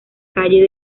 calle